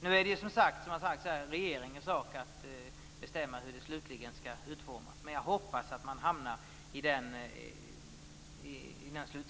Nu är det som här har sagts regeringens sak att bestämma hur det slutligen skall utformas. Men jag hoppas att man hamnar i den slutsatsen.